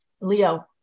Leo